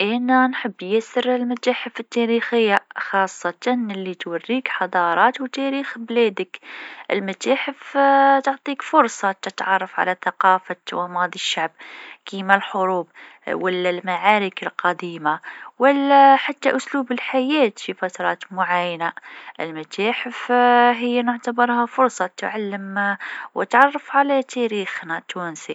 نحب متاحف التاريخ. فيها قصص وحكايات عن الحضارات القديمة. كل قطعة تعرض تاريخها، وهذا يزيد فضولي. زيدا، نحب نتعلم عن الثقافات المختلفة وكيفاش عاشوا الناس قبل.